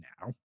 now